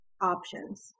options